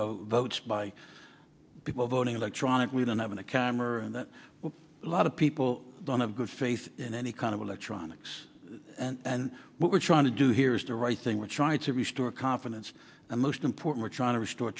know votes by people voting electronically than having a camera with a lot of people on a good faith in any kind of electronics and what we're trying to do here is the right thing we're trying to restore confidence and most importantly trying to restore